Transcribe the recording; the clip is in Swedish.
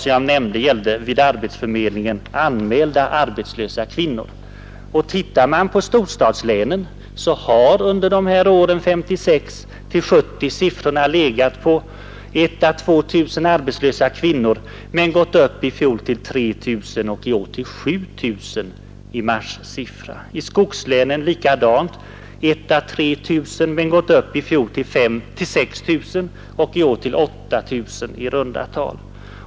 Om man tittar på storstadslänen finner man, att åren 1956—1970 har siffrorna för antalet arbetslösa kvinnor varit I 000 å 2 000 men i fjol gått upp till 3 000 och i år till 7 000 — det gäller fortfarande marssiffror. I skogslänen är det ungefär likadant; de har varit 1 000 å 3 000 men i fjol gått upp till 6 000 och i år till 8 000 i runda tal.